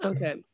Okay